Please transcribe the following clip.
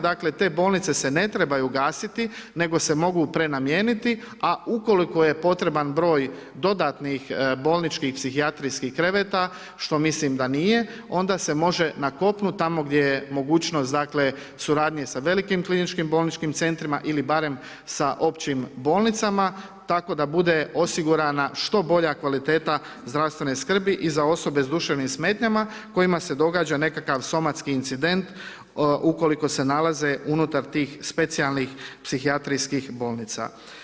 Dakle, te bolnice se ne trebaju gasiti, nego se mogu prenamijeniti, a ukoliko je potreban broj dodatnih bolničkih i psihijatrijskih kreveta, što mislim da nije, onda se može na kopnu, tamo gdje je mogućnost suradnje sa velikim kliničkim bolničkim centrima ili barem sa općim bolnicama, tako da bude osigurana što bolja kvaliteta zdravstvene skrbi i za osobe s duševnim smetanjima, kojima se događa nekakav somatski incident, ukoliko se nalaze unutar tih specijalnih psihijatrijskih bolnica.